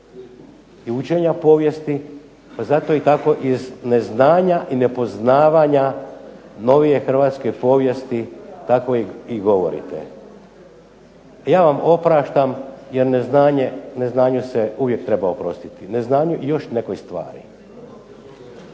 i učenja povijesti, zato i tako iz neznanja i nepoznavanja novije hrvatske povijesti tako i govorite. Ja vam opraštam jer neznanju se uvijek treba oprostiti. Neznanju i još nekoj stvari.